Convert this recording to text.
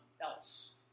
else